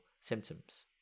symptoms